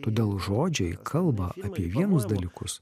todėl žodžiai kalba apie vienus dalykus